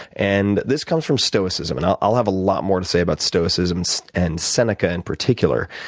and this comes from stoicism, and i'll i'll have a lot more to say about stoicism and seneca in particular.